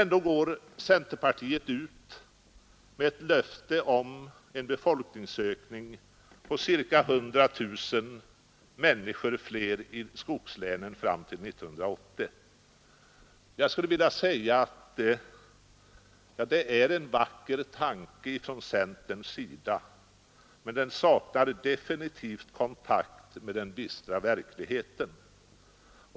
Ändå går centerpartiet ut med ett löfte om en befolkningsökning i skogslänen på ca 100 000 människor fram till 1980. Det är en vacker tanke från centerns sida, men den saknar definitiv kontakt med den bistra verkligheten.